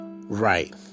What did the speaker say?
right